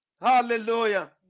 Hallelujah